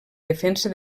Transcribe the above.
defensa